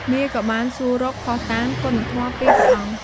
មារក៏បានសួររកភស្តុតាងគុណធម៌ពីព្រះអង្គ។